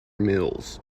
mills